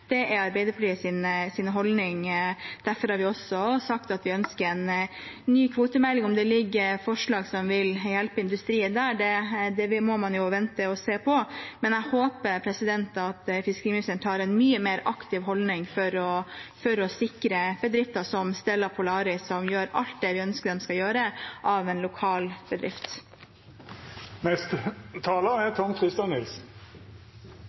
Det er Arbeiderpartiets holdning. Derfor har vi også sagt at vi ønsker en ny kvotemelding. Om det ligger forslag som vil hjelpe industrien der, må man jo vente og se, men jeg håper at fiskeriministeren tar en mye mer aktiv holdning for å sikre bedrifter som Stella Polaris, som gjør alt vi ønsker en lokal bedrift skal gjøre. Vi har til behandling i dag, som tidligere taler